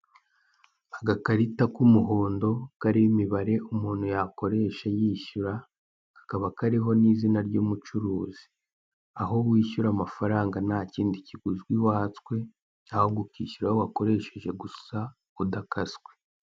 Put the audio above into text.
Agakarita k'umuhondo kariho imibare umuntu yakoresha yishyura kakaba kariho n'izina ry'umucuruzi aho wishyura amafaranga ntakindi kiguzi watswe ahubwo ukishyura ayo wakoresheje gusa udakaswe.